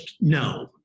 no